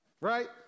Right